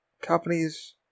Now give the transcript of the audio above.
Companies